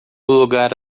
lugar